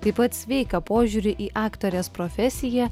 taip pat sveiką požiūrį į aktorės profesiją